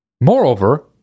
Moreover